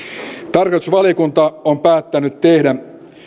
tarkastusvaliokunta on päättänyt tehdä